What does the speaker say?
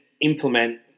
implement